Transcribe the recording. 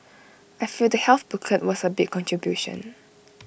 I feel the health booklet was A big contribution